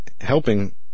helping